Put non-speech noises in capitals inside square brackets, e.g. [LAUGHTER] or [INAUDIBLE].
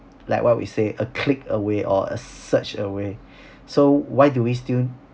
like what we say a click away or a search away [BREATH] so why do we still